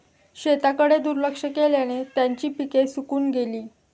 शेताकडे दुर्लक्ष केल्याने त्यांची पिके सुकून गेली